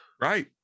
right